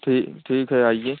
ठीक ठीक है आइए